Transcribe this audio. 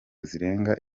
zirenga